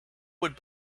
would